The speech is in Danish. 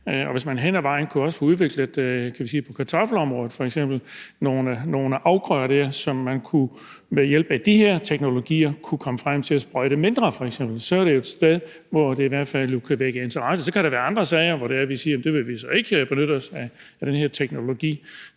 Hvis man hen ad vejen også kunne få udviklet nogle afgrøder på kartoffelområdet f.eks., som man ved hjælp af de her teknologier kunne komme frem til at sprøjte mindre, så er det et sted, hvor det jo i hvert fald kan vække interesse. Så kan der være andre sager, hvor vi siger, at vi ikke vil benytte os af den her teknologi.